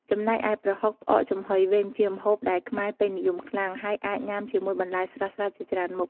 ចំណែកឯប្រហុក ផ្អកចំហុយវិញ ជាម្ហូបដែលខ្មែរពេញនិយមខ្លាំង ហើយអាចញ៉ាំជាមួយបន្លែស្រស់ៗជាច្រើនមុខ។